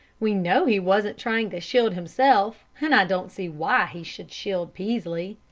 we know he wasn't trying to shield himself, and i don't see why he should shield peaslee.